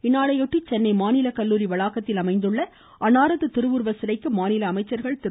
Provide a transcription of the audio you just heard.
இந்நாளையொட்டி சென்னை மாநில கல்லூரி வளாகத்தில் அமைந்துள்ள அன்னாரது திருவுருவச் சிலைக்கு மாநில அமைச்சர்கள் திரு